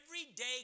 everyday